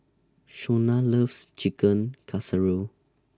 Shauna loves Chicken Casserole